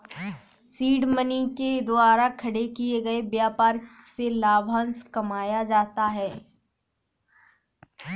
seed money के द्वारा खड़े किए गए व्यापार से लाभांश कमाया जाता है